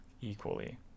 Equally